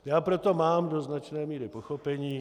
Já pro to mám do značné míry pochopení.